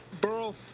Burl